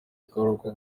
akaruhuko